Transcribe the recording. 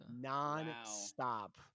nonstop